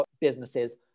businesses